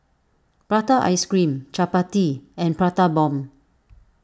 Prata Ice Cream Chappati and Prata Bomb